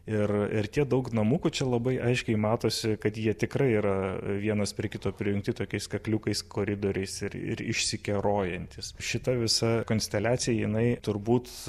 ir ir tie daug namukų čia labai aiškiai matosi kad jie tikrai yra vienas prie kito prijungti tokiais kakliukais koridoriais ir ir išsikerojantys šita visa konsteliacija jinai turbūt